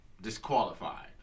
disqualified